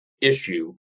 issue